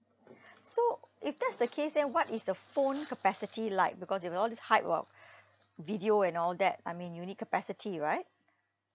so if that's the case then what is the phone capacity like because with all these hype about video and all that I mean you need capacity right